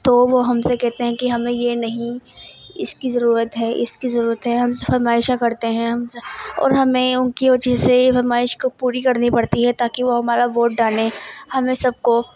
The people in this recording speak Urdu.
تو وہ ہم سے کہتے ہیں کہ ہمیں یہ نہیں اس کی ضرورت ہے اس کی ضرورت ہے ہم ایسا کرتے ہیں اور ہمیں ان کی وجہ سے یہ فرمائش پوری کرنی پڑتی ہے تاکہ وہ ہمارا ووٹ ڈالیں ہمیں سب کو